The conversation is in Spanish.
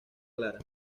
clara